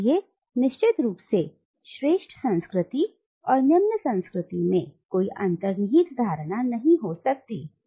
इसलिए निश्चित रूप से श्रेष्ठ संस्कृति और निम्न संस्कृति में कोई अंतर्निहित धारणा नहीं हो सकती है